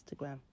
Instagram